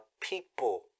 people